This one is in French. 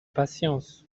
patience